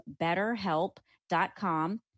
betterhelp.com